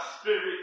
spirit